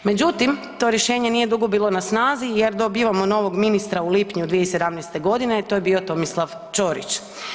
Međutim, to rješenje nije dugo bilo na snazi jer dobivamo novog ministra u lipnju 2017., to je bio Tomislav Ćorić.